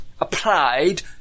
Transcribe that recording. applied